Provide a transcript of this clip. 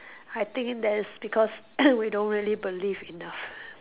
I think that is because we don't really believe enough